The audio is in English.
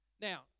Now